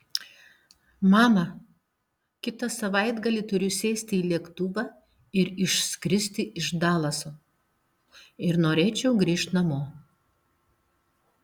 mama kitą savaitgalį turiu sėsti į lėktuvą ir išskristi iš dalaso ir norėčiau grįžt namo